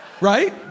Right